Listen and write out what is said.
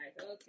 okay